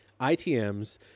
ITMs